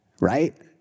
Right